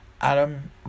Adam